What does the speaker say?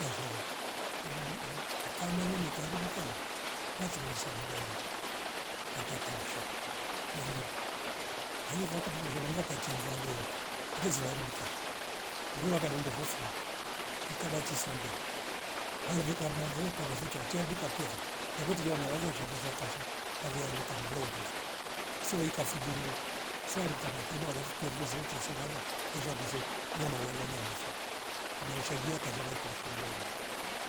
Nashiale iwiwii ikama nyeme taribika kale basi kunisa mrombo wakakausha namu kwaiva vaka moro shanda mvakatia nduwadooka kute ziwa haribka vo huruwa karinde vo friji ikabiti tisambeo kwao vikama vewe kama vutia uchambia kambiavo changuti shanalaza shazaza kasha vale anika mrombofo isewe ikafriji nle siari mkamapema alafu pia vilishete selala yesha mbaze nyama wela nyama fo nyama wushia kashave kausha mrombo